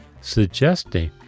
suggesting